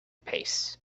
pace